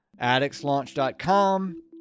addictslaunch.com